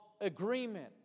agreement